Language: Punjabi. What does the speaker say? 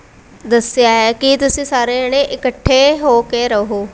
ਦੱਸਿਆ ਹੈ ਕਿ ਤੁਸੀਂ ਸਾਰੇ ਜਣੇ ਇਕੱਠੇ ਹੋ ਕੇ ਰਹੋ